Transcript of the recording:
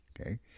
Okay